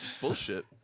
Bullshit